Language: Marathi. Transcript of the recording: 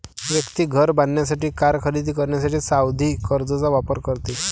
व्यक्ती घर बांधण्यासाठी, कार खरेदी करण्यासाठी सावधि कर्जचा वापर करते